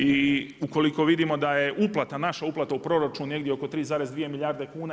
I ukoliko vidimo da je uplata, naša uplata u proračun negdje oko 3,2 milijarde kuna.